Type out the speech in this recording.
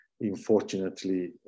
Unfortunately